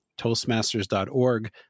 toastmasters.org